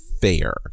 fair